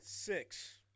Six